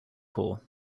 corps